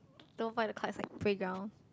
go fly the kites at playground